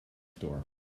store